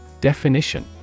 Definition